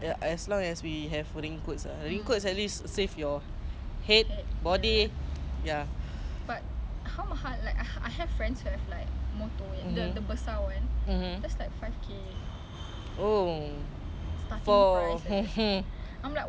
mm